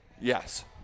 Yes